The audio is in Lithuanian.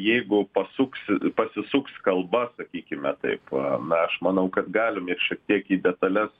jeigu pasuksi pasisuks kalba sakykime taip na aš manau kad galim ir šiek tiek į detales